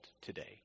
today